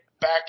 back